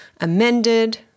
amended